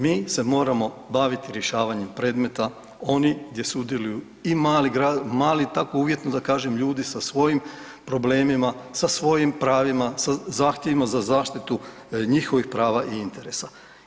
Mi se moramo baviti rješavanjem predmeta oni gdje sudjeluju i mali tako uvjetno da kažem ljudi sa svojim problemima, sa svojim pravima, sa zahtjevima za zaštitu njihovih prava i interesa.